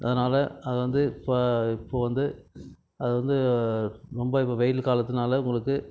அதனால அது வந்து இப்போ இப்போது வந்து அது வந்து ரொம்ப இப்போ வெயில் காலத்துனால் உங்களுக்கு